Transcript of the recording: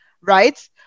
right